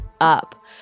up